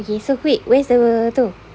okay so quick where's the tu